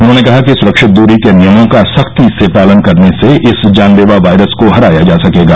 उन्होंने कहा कि सुरक्षित दूरी के नियमों का सख्ती से पालन करने से इस जानलेवा वायरस को हराया जा सकेगा